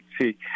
see